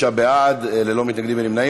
25 בעד, ללא מתנגדים ונמנעים.